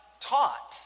taught